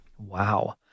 Wow